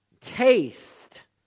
taste